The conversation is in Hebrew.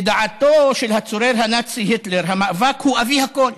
לדעתו של הצורר הנאצי היטלר, המאבק הוא אבי הכול.